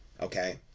Okay